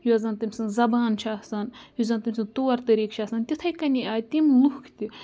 یۄس زَن تٔمۍ سٕنٛز زَبان چھِ آسان یُس زَن تٔمۍ سٕنٛز طور طٔریٖقہٕ چھِ آسان تِتھَے کٔنی آے تِم لُکھ تہِ